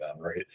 right